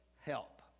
help